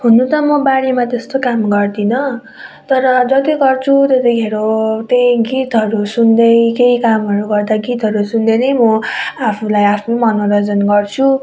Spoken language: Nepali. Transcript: हुनु त म बारीमा त्यस्तो काम गर्दिनँ तर जति गर्छु त्यतिखेर त्यही गीतहरू सुन्दै केही कामहरू गर्दा गीतहरू सुन्दै नै म आफूलाई आफू मनोरञ्जन गर्छु